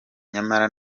nyamara